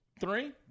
Three